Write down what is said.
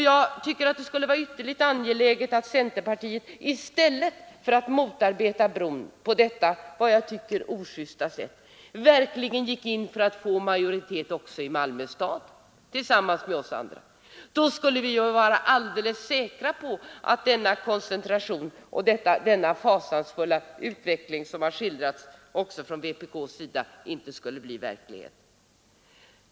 Jag tycker att det vore ytterligt angeläget att centerpartiet i stället för att motarbeta bron på detta, som jag tycker, ojusta sätt verkligen gick in för att tillsammans med oss andra få majoritet också i Malmö stad. Då skulle vi ju vara alldeles säkra på att den koncentration och den fasansfulla utveckling som har skildrats också av vpk inte skulle bli verklighet.